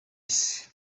isi